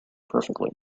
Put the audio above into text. perfectly